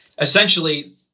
essentially